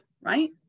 right